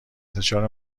انتشار